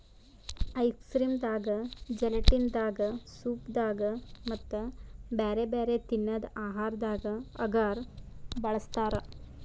ice cream ದಾಗಾ gelatin ದಾಗಾ soup ದಾಗಾ ಮತ್ತ್ ಬ್ಯಾರೆ ಬ್ಯಾರೆ ತಿನ್ನದ್ ಆಹಾರದಾಗ ಅಗರ್ ಬಳಸ್ತಾರಾ